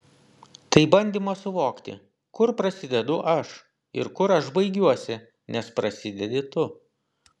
tai bandymas suvokti kur prasidedu aš ir kur aš baigiuosi nes prasidedi tu